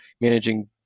managing